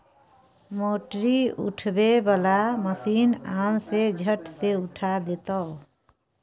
मोटरी उठबै बला मशीन आन ने झट सँ उठा देतौ